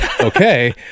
okay